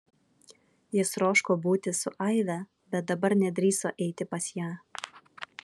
jis troško būti su aive bet dabar nedrįso eiti pas ją